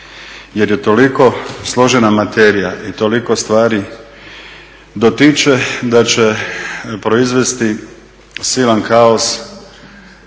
jer je toliko složena materija i toliko stvari dotiče, da će proizvesti silan kaos